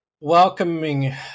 Welcoming